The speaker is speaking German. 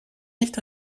nicht